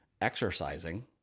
exercising